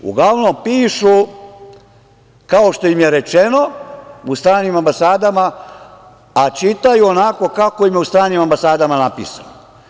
Uglavnom pišu kao što im je rečeno u stranim ambasadama, a čitaju onako kako im je u stranim ambasadama napisano.